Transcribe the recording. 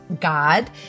God